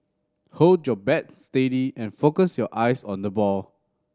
hold your bat steady and focus your eyes on the ball